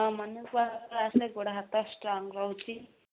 ହଁ ମର୍ଣ୍ଣିଂ ୱାକ୍ରୁ ଆସିଲେ ଗୋଡ଼ ହାତ ଷ୍ଟ୍ରଙ୍ଗ ରହୁଛି